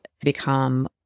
become